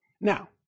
Now